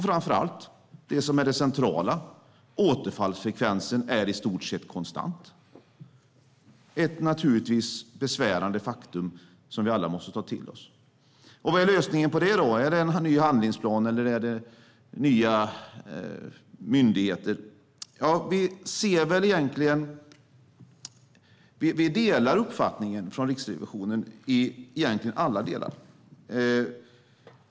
Framför allt är det centrala att återfallsfrekvensen i stort sett är konstant. Det är ett besvärande faktum som vi alla måste ta till oss. Vad är lösningen på det? Är det en ny handlingsplan eller nya myndigheter? Vi delar uppfattningen från Riksrevisionen i egentligen alla delar.